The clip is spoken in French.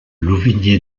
louvigné